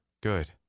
good